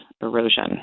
erosion